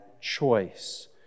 choice